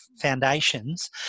foundations